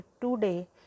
today